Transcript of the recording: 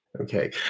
Okay